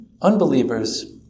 unbelievers